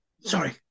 sorry